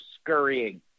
scurrying